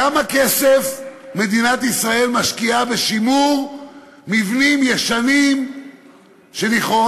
כמה כסף מדינת ישראל משקיעה בשימור מבנים ישנים שלכאורה,